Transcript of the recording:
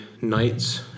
nights